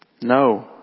No